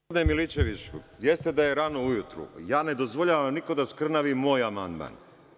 Gospodine Milićeviću, jeste da je rano ujutru, ja ne dozvoljavam nikome da skrnavi moj amandman.